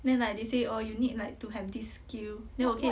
then like they say orh you need like to have this skill then 我可以